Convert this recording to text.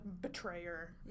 betrayer